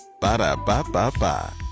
Ba-da-ba-ba-ba